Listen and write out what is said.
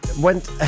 went